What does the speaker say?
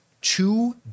two